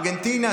ארגנטינה,